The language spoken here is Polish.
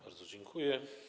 Bardzo dziękuję.